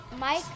Mike